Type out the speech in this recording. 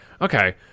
okay